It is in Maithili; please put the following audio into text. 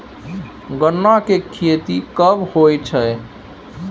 गन्ना की खेती कब होय छै?